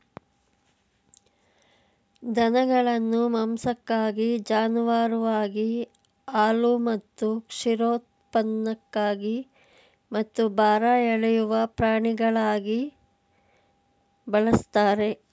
ದನಗಳನ್ನು ಮಾಂಸಕ್ಕಾಗಿ ಜಾನುವಾರುವಾಗಿ ಹಾಲು ಮತ್ತು ಕ್ಷೀರೋತ್ಪನ್ನಕ್ಕಾಗಿ ಮತ್ತು ಭಾರ ಎಳೆಯುವ ಪ್ರಾಣಿಗಳಾಗಿ ಬಳಸ್ತಾರೆ